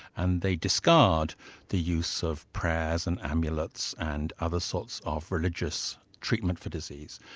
and they discard the use of prayers and amulets and other sorts of religious treatment for disease.